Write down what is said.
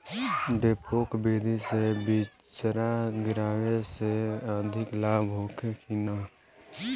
डेपोक विधि से बिचड़ा गिरावे से अधिक लाभ होखे की न?